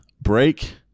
break